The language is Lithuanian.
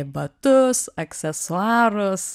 batus aksesuarus